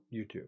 YouTube